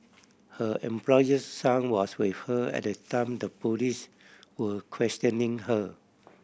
her employer's son was with her at the time the police were questioning her